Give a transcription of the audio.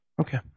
Okay